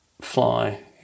fly